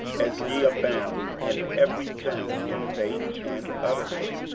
as ye abound in every thing, in faith, and utterance,